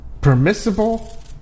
permissible